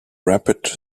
rapid